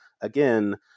again